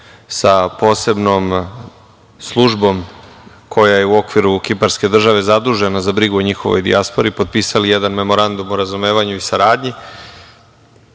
sa posebnom službom koja je u okviru Kiparske države zadužena za brigu o njihovoj dijaspori, potpisali jedan memorandum o razumevanju i saradnji. Pandemija